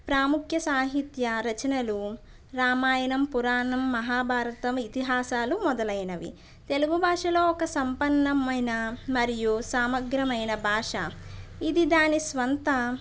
ప్రాముఖ్య సాహిత్య రచనలు రామాయణం పురాణం మహాభారతం ఇతిహాసాలు మొదలైనవి తెలుగు భాషలో ఒక సంపన్నమైన మరియు సమగ్రమైన భాష ఇది దాని సొంత